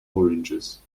oranges